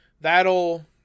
that'll